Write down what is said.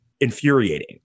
Infuriating